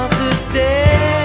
today